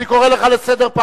אני מבקש, זהו.